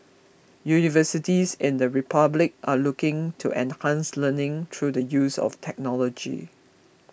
universities in the Republic are looking to enhance learning through the use of technology